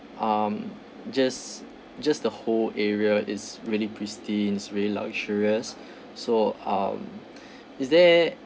um just just the whole area is really pristine it's really luxurious so um is there